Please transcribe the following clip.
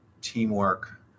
teamwork